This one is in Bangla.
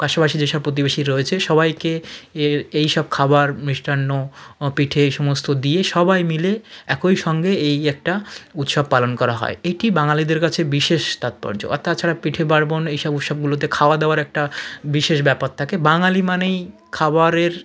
আশেপাশে যে সব প্রতিবেশী রয়েছে সবাইকে এর এইসব খাবার মিষ্টান্ন পিঠে এই সমস্ত দিয়ে সবাই মিলে একই সঙ্গে এই একটা উৎসব পালন করা হয় এটি বাঙালিদের কাছে বিশেষ তাৎপর্য আর তাছাড়া পিঠেপার্বণ এইসব উৎসবগুলোতে খাওয়া দাওয়ার একটা বিশেষ ব্যাপার থাকে বাঙালি মানেই খাবারের